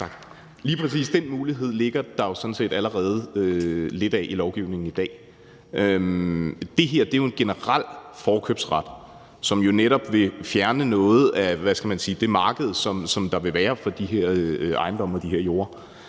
Lige præcis den mulighed ligger der sådan set allerede lidt af i lovgivningen i dag. Det her er jo en generel forkøbsret, som netop vil fjerne noget af det marked, der vil være for de her ejendomme og de